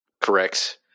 correct